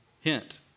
Hint